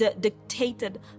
dictated